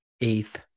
eighth